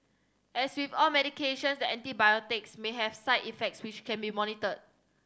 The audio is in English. as with all medications the antibiotic may have side effects which can be monitored